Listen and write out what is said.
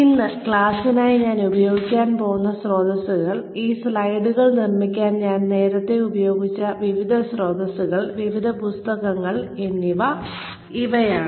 ഇന്ന് ക്ലാസ്സിനായി ഞാൻ ഉപയോഗിക്കാൻ പോകുന്ന സ്രോതസ്സുകൾ ഈ സ്ലൈഡുകൾ നിർമ്മിക്കാൻ ഞാൻ നേരത്തെ ഉപയോഗിച്ച വിവിധ സ്രോതസ്സുകൾ വിവിധ പുസ്തകങ്ങൾ എന്നിവ ഇവയാണ്